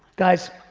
guys,